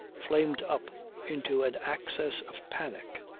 flamed up into an access of panic,